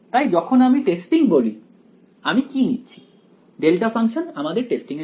তাই যখন আমি টেস্টিং বলি আমি কি নিচ্ছি ডেল্টা ফাংশন আমাদের টেস্টিং এর জন্য